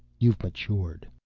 you've matured.